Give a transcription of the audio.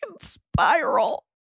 spiral